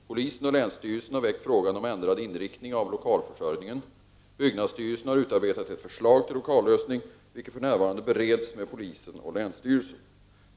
Polisen och länsstyrelsen har väckt frågan om ändrad inriktning av lokalförsörjningen. Byggnadsstyrelsen har utarbetat ett förslag till lokallösning, vilket för närvarande bereds med polisen och länsstyrelsen.